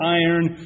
iron